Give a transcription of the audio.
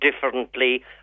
differently